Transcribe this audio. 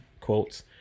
quotes